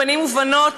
בנים ובנות,